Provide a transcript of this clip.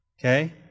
Okay